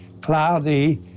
cloudy